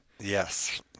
yes